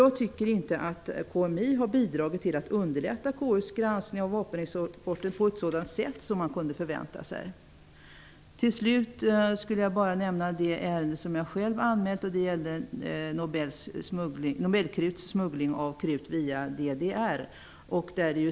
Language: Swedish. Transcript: Jag tycker inte att KMI har bidragit till att underlätta KU:s granskning av vapenexporten på ett sådant sätt som man kunde förvänta sig. Till slut vill jag bara nämna det ärende som jag själv har anmält. Det gällde Nobelkruts smuggling av krut via DDR.